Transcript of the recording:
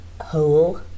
hole